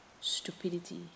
stupidity